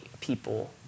people